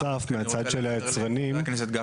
מדובר ביצרנים שלוקחים חוזים קדימה,